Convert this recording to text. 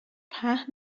پهن